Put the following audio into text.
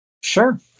Sure